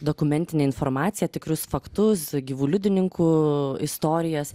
dokumentinę informaciją tikrus faktus gyvų liudininkų istorijas